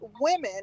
women